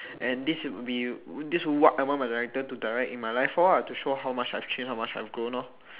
and this would be this is what I want my director to direct in my life lor to show how much I have changed how much I have grown lor